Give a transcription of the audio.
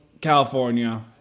California